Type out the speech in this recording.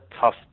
tough